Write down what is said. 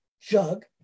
jug